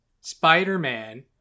Spider-Man